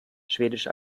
schwedisch